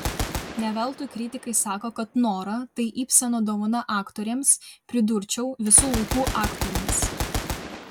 ne veltui kritikai sako kad nora tai ibseno dovana aktorėms pridurčiau visų laikų aktorėms